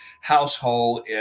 household